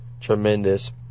tremendous